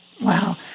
Wow